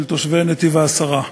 של תושבי נתיב-העשרה.